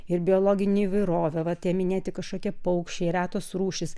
ir biologinė įvairovė va tie minėti kažkokie paukščiai retos rūšys